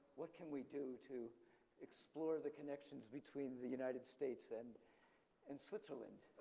what can we do to explore the connections between the united states and and switzerland?